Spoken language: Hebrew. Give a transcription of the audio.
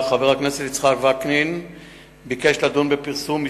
חבר הכנסת יצחק וקנין שאל את השר לביטחון פנים ביום י"ז באדר התש"ע